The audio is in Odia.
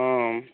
ହଁ